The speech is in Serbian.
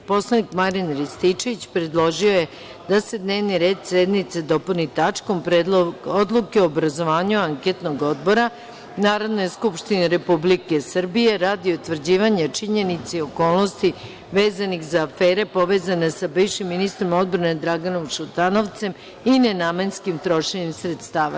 Narodni poslanik Marijan Rističević predložio je da se dnevni red sednice dopuni tačkom – Predlog odluke o obrazovanju anketnog odbora Narodne skupštine Republike Srbije radi utvrđivanja činjenica i okolnosti vezanih za afere povezane sa bivšim ministrom odbrane Draganom Šutanovcem i nenamenskim trošenjem sredstava.